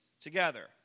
together